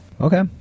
Okay